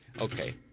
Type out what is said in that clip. okay